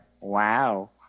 wow